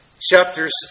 Chapters